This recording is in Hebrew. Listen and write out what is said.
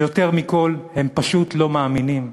ויותר מכול, הם פשוט לא מאמינים.